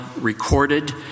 recorded